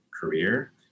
career